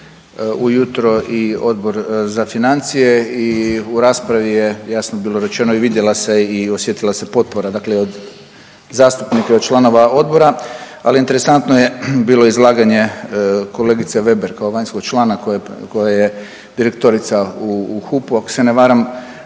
ujutro i Odbor za financije i u raspravi je jasno bilo rečeno i vidjela se i osjetila se potpora dakle i od zastupnika i od članova odbora, ali interesantno je bilo izlaganje kolegice Veber kao vanjskog člana koja je direktorica u HUP-u ako se ne varam,